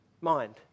mind